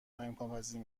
امکانپذیر